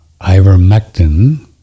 ivermectin